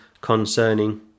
concerning